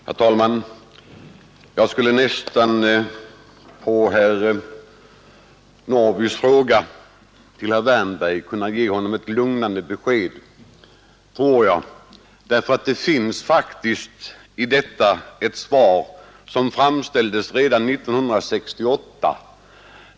Herr talman! Jag tror nästan att jag på herr Norrbys fråga till herr Wärnberg skulle kunna ge ett lugnande svar. Det finns faktiskt ett svar som gavs redan år 1968.